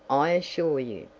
i assure you.